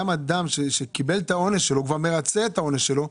גם אדם שמרצה את העונש שלו,